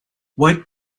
wait